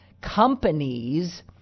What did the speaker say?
Companies